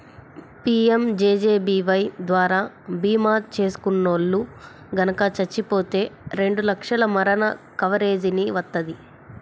PMJJBY ద్వారా భీమా చేసుకున్నోల్లు గనక చచ్చిపోతే రెండు లక్షల మరణ కవరేజీని వత్తది